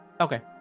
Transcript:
Okay